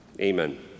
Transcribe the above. Amen